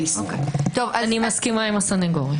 מסכימה עם הסנגוריה.